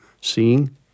seeing